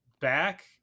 back